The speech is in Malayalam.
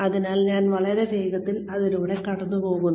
അതിനാൽ ഞാൻ വളരെ വേഗത്തിൽ ഇതിലൂടെ കടന്നുപോകും